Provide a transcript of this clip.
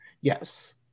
Yes